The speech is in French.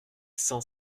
cent